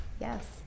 yes